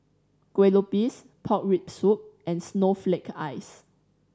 kue lupis pork rib soup and snowflake ice